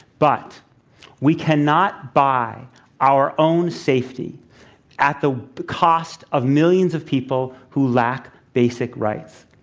but we cannot buy our own safety at the cost of millions of people who lack basic rights.